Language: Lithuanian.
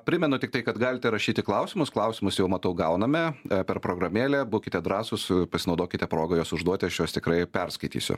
primenu tiktai kad galite rašyti klausimus klausimus jau matau gauname per programėlę būkite drąsūs pasinaudokite proga juos užduoti aš juos tikrai perskaitysiu